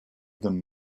them